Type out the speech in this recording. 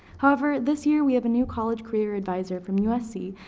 however this year we have a new college career advisor from usc,